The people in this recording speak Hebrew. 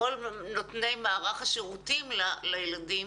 כל נותני מערך השירותים לילדים